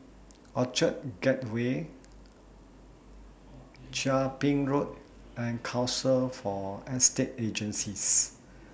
Orchard Gateway Chia Ping Road and Council For Estate Agencies